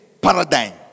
paradigm